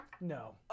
No